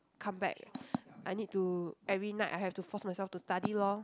come back I need to every night I have to force myself to study lor